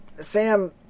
Sam